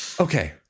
Okay